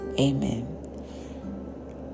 amen